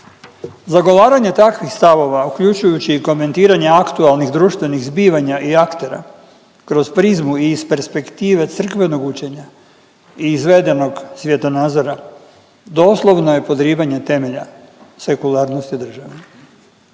Zagovaranje takvih stavova uključujući i komentiranje aktualnih društvenih zbivanja i aktera kroz prizmu i iz perspektive crkvenog učenja i izvedenog svjetonazora doslovno je podrivanje temelja sekularnosti države.